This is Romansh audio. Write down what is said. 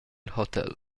hotel